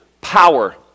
power